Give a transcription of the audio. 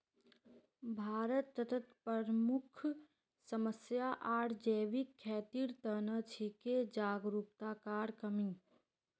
भारतत प्रमुख समस्या आर जैविक खेतीर त न छिके जागरूकतार कमी